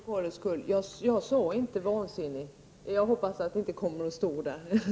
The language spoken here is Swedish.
Herr talman! Jag sade inte ”vansinnig”, varför jag hoppas att det inte kommer att stå så i protokollet.